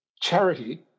charity